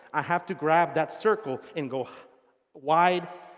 i had to grap that circle and go wide,